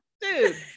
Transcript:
dude